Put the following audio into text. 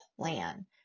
plan